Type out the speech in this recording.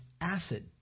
acid